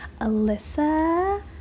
Alyssa